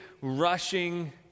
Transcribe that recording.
rushing